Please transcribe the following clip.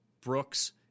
Brooks